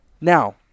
Now